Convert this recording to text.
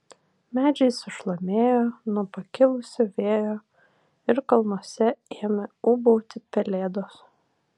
medžiai sušlamėjo nuo pakilusio vėjo ir kalnuose ėmė ūbauti pelėdos